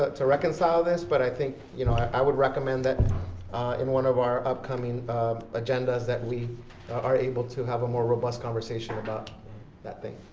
to reconcile this, but i think you know i would recommend that in one of our upcoming agendas that we are able to have a more robust conversation about that thing.